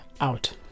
out